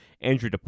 Andrew